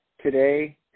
today